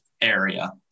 area